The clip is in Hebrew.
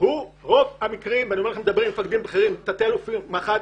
אני מדבר עם תתי-אלופים ומח"טים,